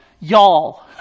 Y'all